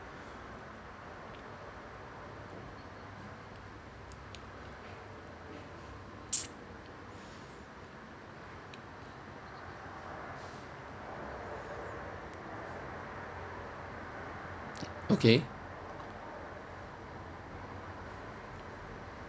okay